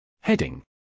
Heading